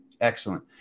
Excellent